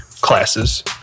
classes